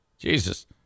Jesus